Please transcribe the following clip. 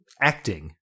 acting